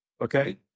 Okay